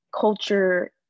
culture